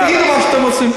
תגידו מה שאתם רוצים.